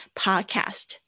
podcast